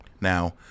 now